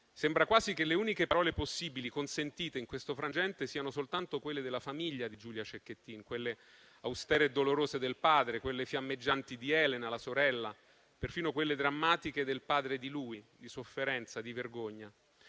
Sembra quasi che le uniche parole possibili e consentite in questo frangente siano soltanto quelle della famiglia di Giulia Cecchettin, quelle austere e dolorose del padre, quelle fiammeggianti di Elena, la sorella, perfino quelle drammatiche del padre di lui, di sofferenza e di vergogna.